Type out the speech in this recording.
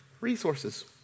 resources